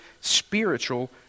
spiritual